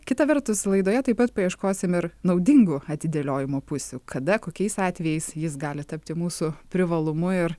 kita vertus laidoje taip pat paieškosim ir naudingų atidėliojimo pusių kada kokiais atvejais jis gali tapti mūsų privalumu ir